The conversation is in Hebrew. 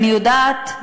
אני יודעת,